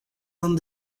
own